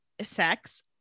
sex